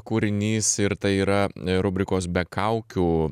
kūrinys ir tai yra rubrikos be kaukių